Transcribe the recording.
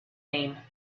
name